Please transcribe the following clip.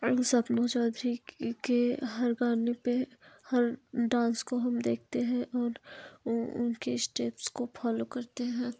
सपना चौधरी के हर गाने पे हर डांस को हम देखते हैं और उ उनकी स्टेप्स को फॉलो करते हैं